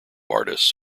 artists